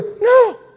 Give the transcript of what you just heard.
No